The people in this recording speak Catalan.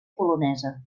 polonesa